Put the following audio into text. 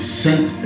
sent